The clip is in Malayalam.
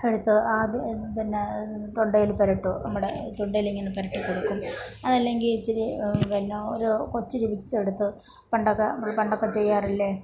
എടുത്ത് അത് പിന്നെ തൊണ്ടയിൽ പുരട്ടും നമ്മുടെ ഈ തൊണ്ടയിൽ ഇങ്ങനെ പുരട്ടി കൊടുക്കും അതല്ലെങ്കിൽ ഇത്തിരി വല്ലതും ഒരു കൊച്ച് വിക്സ് എടുത്ത് പണ്ടൊക്കെ നമ്മൾ പണ്ടൊക്കെ ചെയ്യാറില്ലേ